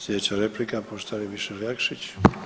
Sljedeća replika poštovani MIšel Jakšić.